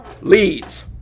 leads